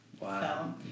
Wow